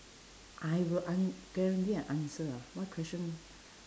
I will an~ guarantee an answer ah what question